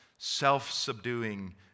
self-subduing